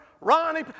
Ronnie